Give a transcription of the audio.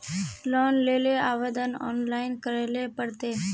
Loan लेले आवेदन online करे ले पड़ते?